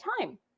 time